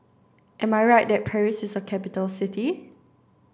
am I right that Paris is a capital city